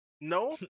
No